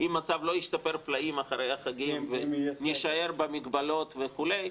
אם המצב לא ישתפר פלאים אחרי החגים ונישאר במגבלות וכו',